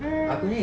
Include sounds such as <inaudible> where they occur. <noise>